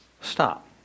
stop